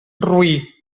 roí